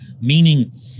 meaning